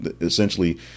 essentially